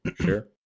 sure